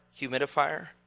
humidifier